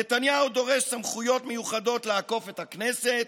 נתניהו דורש סמכויות מיוחדות לעקוף את הכנסת,